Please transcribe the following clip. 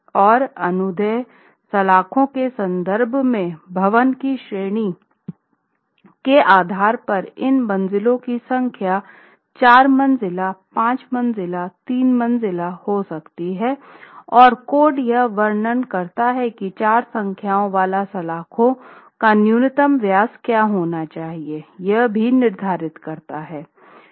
और अनुदैर्ध्य सलाखों के संदर्भ में भवन की श्रेणी के आधार पर इन मंज़िलों की संख्या 4 मंजिला 5 मंजिला 3 मंजिला हो सकती हैं और कोड यह वर्णन करता है कि चार संख्याओं वाले सलाखों का न्यूनतम व्यास क्या होना चाहिए यह भी निर्धारित करता है